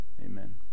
Amen